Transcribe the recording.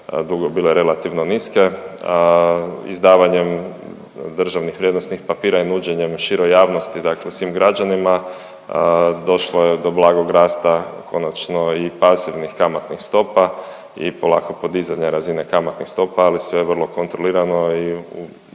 dugo bile relativno niske. Izdavanjem državnih vrijednosnih papira i nuđenjem široj javnosti, dakle svim građanima došlo je do blagog rasta konačno i pasivnih kamatnih stopa i polako podizanja razine kamatnih stopa, ali sve vrlo kontrolirano i